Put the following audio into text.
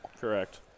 Correct